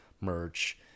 Merch